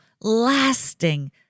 lasting